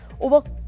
over